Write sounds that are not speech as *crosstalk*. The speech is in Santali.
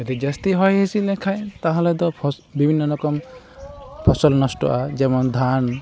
ᱟᱹᱰᱤ ᱡᱟᱹᱥᱛᱤ ᱦᱚᱭᱦᱤᱸᱥᱤᱫ ᱞᱮᱠᱷᱟᱡ ᱛᱟᱦᱚᱞᱮᱫᱚ *unintelligible* ᱵᱤᱵᱷᱤᱱᱱᱚ ᱨᱚᱠᱚᱢ ᱯᱷᱚᱥᱚᱞ ᱱᱚᱥᱴᱚᱜᱼᱟ ᱡᱮᱢᱚᱱ ᱫᱷᱟᱱ